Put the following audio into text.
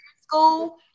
school